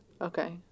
Okay